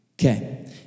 Okay